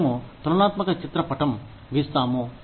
మేము తులనాత్మక చిత్రపటం గీస్తాము